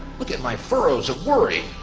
look at my furrows of worry,